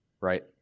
Right